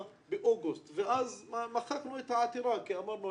באוגוסט ואז מחקנו את העתירה כי אמרנו,